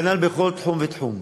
כנ"ל בכל תחום ותחום.